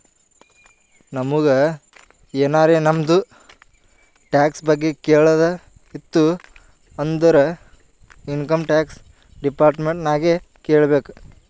ನಮುಗ್ ಎನಾರೇ ನಮ್ದು ಟ್ಯಾಕ್ಸ್ ಬಗ್ಗೆ ಕೇಳದ್ ಇತ್ತು ಅಂದುರ್ ಇನ್ಕಮ್ ಟ್ಯಾಕ್ಸ್ ಡಿಪಾರ್ಟ್ಮೆಂಟ್ ನಾಗೆ ಕೇಳ್ಬೇಕ್